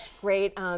Great